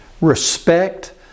respect